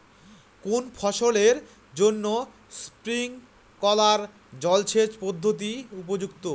কোন ফসলের জন্য স্প্রিংকলার জলসেচ পদ্ধতি উপযুক্ত?